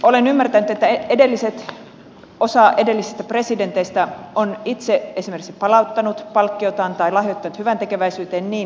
olen ymmärtänyt että osa edellisistä presidenteistä on itse esimerkiksi palauttanut palkkiotaan tai lahjoittanut hyväntekeväisyyteen niin nähdessään